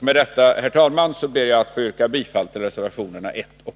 Med detta, herr talman, ber jag att få yrka bifall till reservationerna 1 och